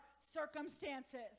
circumstances